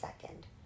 second